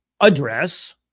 Address